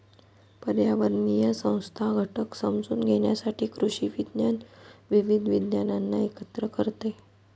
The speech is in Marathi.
पर्यावरणीय संस्था घटक समजून घेण्यासाठी कृषी विज्ञान विविध विज्ञानांना एकत्र करते